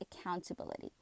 accountability